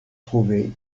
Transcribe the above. trouver